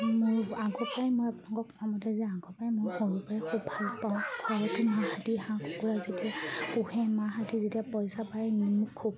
মোৰ আগৰ পৰাই মই আপোনালোকক কমতে যে আগৰ পৰাই মই সৰু পৰাই খুব ভাল পাওঁ ঘৰতো মাহঁতে হাঁহ কুকুৰা যেতিয়া পোহে মাহঁতে যেতিয়া পইচা পায় মোক খুব